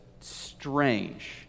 strange